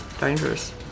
dangerous